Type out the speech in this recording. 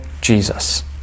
Jesus